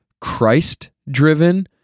Christ-driven